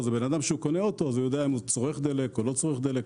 אז בן אדם שקונה אוטו הוא יודע אם הוא צורך דלק או לא צורך דלק,